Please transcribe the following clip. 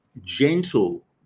gentle